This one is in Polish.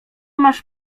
masz